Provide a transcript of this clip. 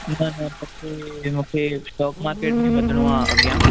मूंखे stock market में वधिणो आहे अॻियां